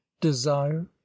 desire